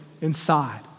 inside